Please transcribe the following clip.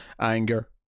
anger